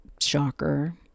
shocker